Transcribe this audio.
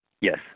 Yes